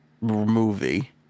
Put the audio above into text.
movie